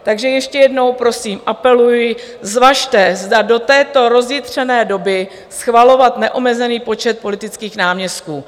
Takže ještě jednou prosím, apeluji zvažte, zda do této rozjitřené doby schvalovat neomezený počet politických náměstků.